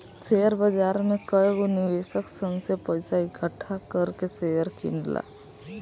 share बाजार में कएगो निवेशक सन से पइसा इकठ्ठा कर के शेयर किनला